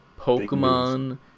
Pokemon